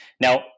now